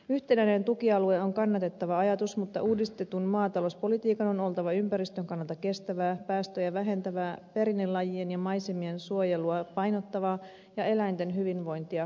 yhtenäinen tukialue on kannatettava ajatus mutta uudistetun maatalouspolitiikan on oltava ympäristön kannalta kestävää päästöjä vähentävää perinnelajien ja maisemien suojelua painottavaa ja eläinten hyvinvointia korostavaa